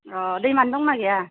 अ दैमानि दंना गैया